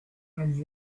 and